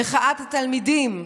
מחאת התלמידים,